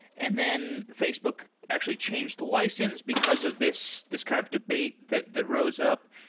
and then facebook actually changed the license because of this this kind of debate that that rose up.